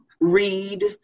read